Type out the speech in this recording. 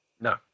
No